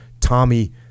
Tommy